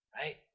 right